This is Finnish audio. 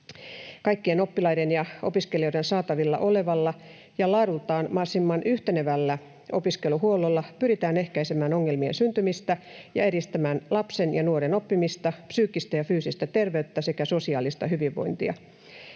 Kaikkien oppilaiden ja opiskelijoiden saatavilla olevalla ja laadultaan mahdollisimman yhtenevällä opiskeluhuollolla pyritään ehkäisemään ongelmien syntymistä ja edistämään lapsen ja nuoren oppimista, psyykkistä ja fyysistä terveyttä sekä sosiaalista hyvinvointia.